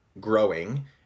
growing